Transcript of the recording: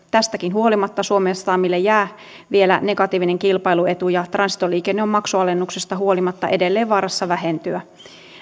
tästäkin huolimatta suomen satamille jää vielä negatiivinen kilpailuetu ja transitoliikenne on maksualennuksesta huolimatta edelleen vaarassa vähentyä